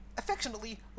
affectionately